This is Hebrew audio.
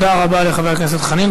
תודה רבה לחבר הכנסת חנין.